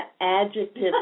adjective